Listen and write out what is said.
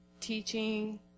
teaching